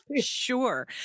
sure